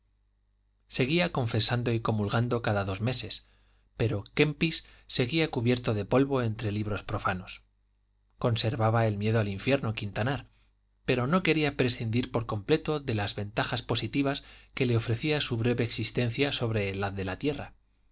seguía confesando y comulgando cada dos meses pero kempis seguía cubierto de polvo entre libros profanos conservaba el miedo al infierno quintanar pero no quería prescindir por completo de las ventajas positivas que le ofrecía su breve existencia sobre el haz de la tierra